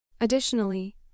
Additionally